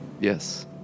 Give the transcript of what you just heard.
Yes